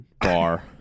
bar